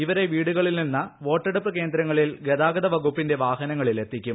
ഇവരെ വീടുകളിൽ നിന്ന് വോട്ടെടുപ്പ് കേന്ദ്രങ്ങളിൽ ഗതാഗത വകുപ്പിന്റെ വാഹനങ്ങളിൽ എത്തിക്കും